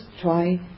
try